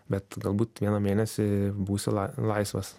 bet galbūt vieną mėnesį būsi laisvas